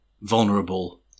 vulnerable